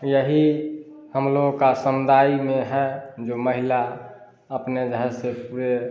यही हमलोग के समुदाय में है जो महिला अपने जो है सो पूरे